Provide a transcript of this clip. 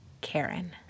Karen